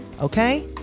okay